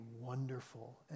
wonderful